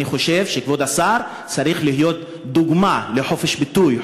אני חושב שכבוד השר צריך להיות דוגמה לחופש ביטוי,